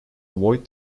avoid